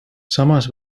samas